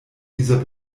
dieser